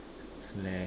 slack